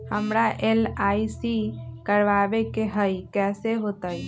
हमरा एल.आई.सी करवावे के हई कैसे होतई?